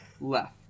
left